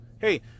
Hey